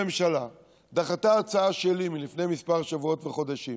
הממשלה דחתה הצעה שלי מלפני כמה שבועות וחודשים,